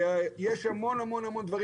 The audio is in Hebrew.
יש המון דברים.